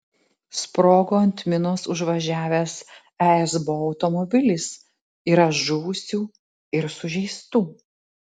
sprogo ant minos užvažiavęs esbo automobilis yra žuvusių ir sužeistų